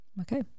Okay